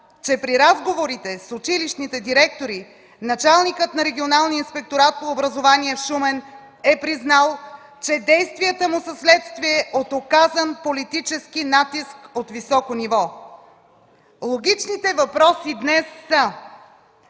че при разговорите с училищните директори началникът на Регионалния инспекторат по образование в Шумен е признал, че действията му са вследствие от оказан политически натиск от високо ниво. Логичните въпроси днес са: